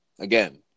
Again